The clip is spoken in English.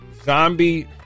zombie